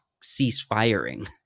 cease-firing